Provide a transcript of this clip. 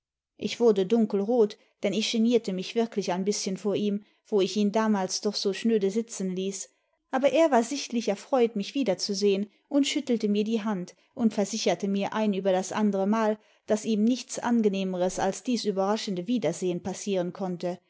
ich wurde duiiikelrot denn ich genierte mich wirklick ein bißchen vor ihm wo ich ihn damals doch so schnöde sitzen ließ aber er war sichtlich erfreut mich wiederzusehen und schüttelte mir die hand und versicherte mir ein über das andere mal daß ihm nichts angenehmeres als dies überraschende wiederfinden passieren konnte